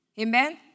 Amen